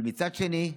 אבל מצד שני,